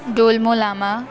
Dolma Lama